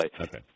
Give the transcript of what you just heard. Okay